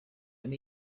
and